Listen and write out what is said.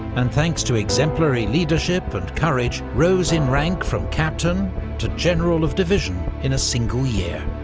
and thanks to exemplary leadership and courage, rose in rank from captain to general of division in a single year.